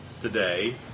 today